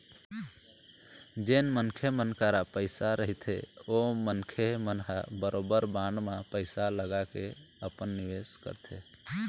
जेन मनखे मन करा पइसा रहिथे ओ मनखे मन ह बरोबर बांड म पइसा लगाके अपन निवेस करथे